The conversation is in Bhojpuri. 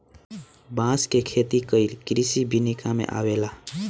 बांस के खेती कइल कृषि विनिका में अवेला